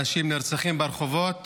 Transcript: אנשים נרצחים ברחובות